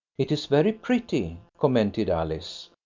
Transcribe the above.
it is very pretty, commented alice.